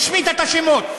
השמיטה את השמות.